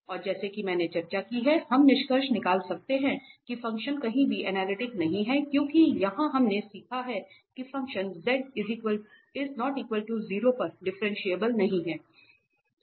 और जैसा कि मैंने चर्चा की है हम निष्कर्ष निकाल सकते हैं कि फ़ंक्शन कहीं भी अनलिटिक नहीं है क्योंकि यहां हमने सीखा है कि फ़ंक्शन 𝑧≠0 पर डिफरेंशिएबल नहीं है